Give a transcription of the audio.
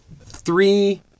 three